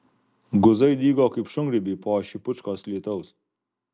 guzai dygo kaip šungrybiai po šipučkos lietaus